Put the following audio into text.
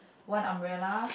one umbrella